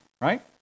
right